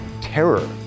terror